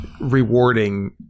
rewarding